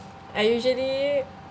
I usually